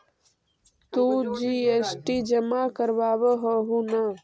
तु जी.एस.टी जमा करवाब हहु न?